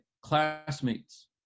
Classmates